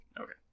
Okay